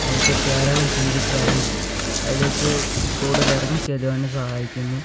നമുക്ക് ധാരാളം ചിന്തിക്കാനും അതിലേക്ക് കൂടുതൽ ഇറങ്ങി ചെല്ലുവാനും സഹായിക്കുന്നു